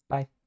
Bye